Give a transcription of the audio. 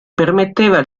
permetteva